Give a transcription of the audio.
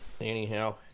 anyhow